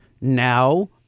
now –